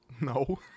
No